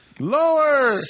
Lower